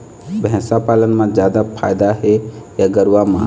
भैंस पालन म जादा फायदा हे या गरवा म?